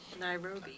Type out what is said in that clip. Nairobi